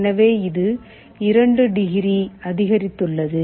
எனவே இது 2 டிகிரி அதிகரித்துள்ளது